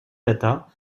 data